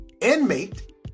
inmate